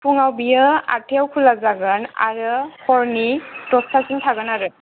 फुङाव बेयो आठथायाव खुला जागोन आरो हरनि दसथासिम थागोन आरो